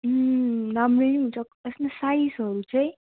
राम्रै हुुन्छ त्यसमा साइजहरू चाहिँ